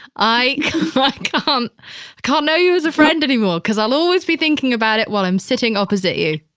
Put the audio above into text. i um can't know you as a friend anymore. because i'll always be thinking about it while i'm sitting opposite you.